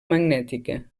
magnètica